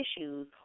issues